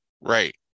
Right